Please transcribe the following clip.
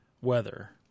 weather